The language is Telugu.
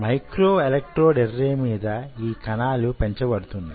మైక్రో ఎలక్ట్రోడ్ ఎర్రే మీద ఈ కణాలు పెంచబడుతున్నాయి